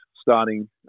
starting